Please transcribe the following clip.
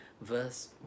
verse